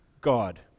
God